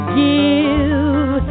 give